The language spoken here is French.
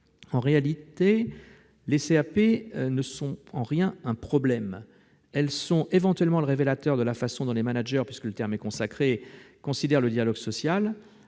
En réalité, les CAP ne sont en rien un problème. Elles sont éventuellement le révélateur de la façon dont les managers- j'emploie ce terme, puisqu'il est consacré -considèrent le dialogue social.